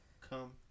come